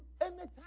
anytime